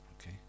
okay